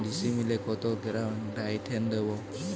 ডিস্মেলে কত গ্রাম ডাইথেন দেবো?